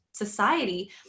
society